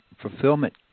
fulfillment